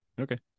Okay